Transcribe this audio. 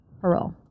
parole